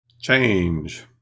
change